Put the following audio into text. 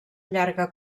llarga